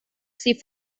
sie